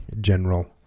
General